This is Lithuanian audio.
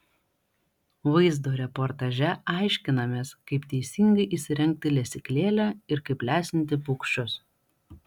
vaizdo reportaže aiškinamės kaip teisingai įsirengti lesyklėlę ir kaip lesinti paukščius